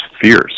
fierce